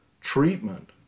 treatment